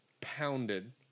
pounded